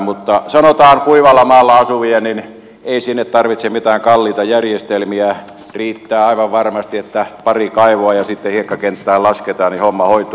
mutta sanotaan että kuivalla maalla asuville ei tarvita mitään kalliita järjestelmiä riittää aivan varmasti että on pari kaivoa ja sitten hiekkakenttään lasketaan niin että homma hoituu